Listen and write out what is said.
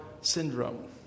syndrome